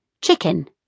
Chicken